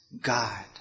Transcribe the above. God